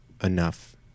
enough